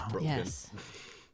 Yes